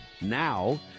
now